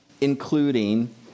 including